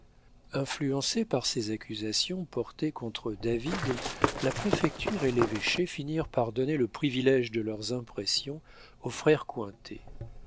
influencés par ces accusations portées contre david la préfecture et l'évêché finirent par donner le privilége de leurs impressions aux frères cointet